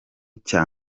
cya